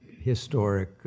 historic